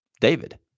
David